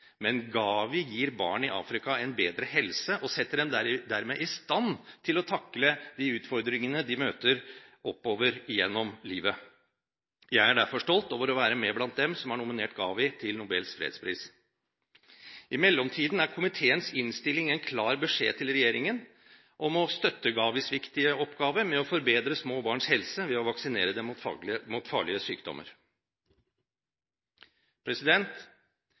men GAVI gir barn i Afrika en bedre helse og setter dem dermed i stand til å takle de utfordringene de møter opp gjennom livet. Jeg er derfor stolt over å være blant dem som har nominert GAVI til Nobels fredspris. I mellomtiden er komiteens innstilling en klar beskjed til regjeringen om å støtte GAVIs viktige oppgave med å forbedre små barns helse ved å vaksinere dem mot